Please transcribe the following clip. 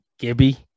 Gibby